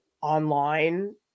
online